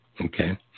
Okay